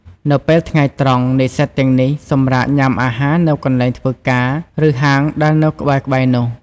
នៅពេលថ្ងៃត្រង់ និស្សិតទាំងនេះ សម្រាកញ៉ាំអាហារ នៅកន្លែងធ្វើការ ឬហាងដែលនៅក្បែរៗនោះ។